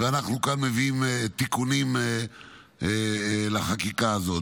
ואנחנו כאן מביאים תיקונים לחקיקה הזאת.